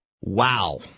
Wow